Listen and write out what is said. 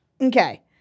Okay